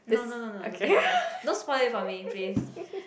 no no no no don't tell me first don't spoil it for me please